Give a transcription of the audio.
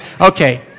Okay